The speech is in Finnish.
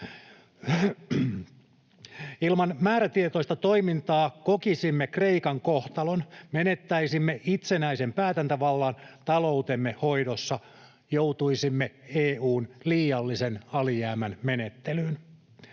Ilman määrätietoista toimintaa kokisimme Kreikan kohtalon. Menettäisimme itsenäisen päätäntävallan taloutemme hoidossa, joutuisimme EU:n liiallisen alijäämän menettelyyn.